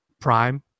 Prime